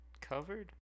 covered